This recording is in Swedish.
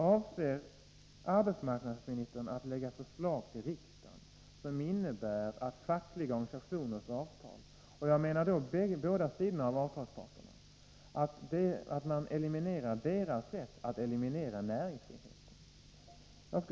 Avser arbetsmarknadsministern att för riksdagen framlägga förslag som innebär att man fråntar fackliga organisationer — och jag avser då båda avtalsparterna — deras rätt att genom avtal eliminera näringsfriheten?